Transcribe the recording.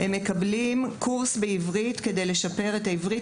קורס לשיפור השפה העברית.